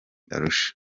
arusha